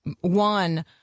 One